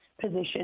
position